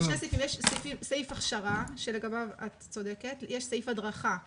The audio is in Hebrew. יש סעיף הכשרה שלגביו את צודקת, ויש סעיף הדרכה.